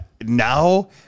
now